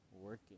working